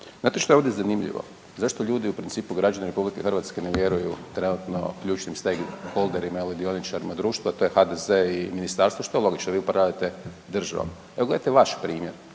Znate što je ovdje zanimljivo? Zašto ljudi u principu, građani Republike Hrvatske ne vjeruju trenutno ključnim …/Govornik se ne razumije./… ili dioničarima društva. To je HDZ i ministarstvo što je logično, vi upravljate državom. Evo gledajte vaš primjer.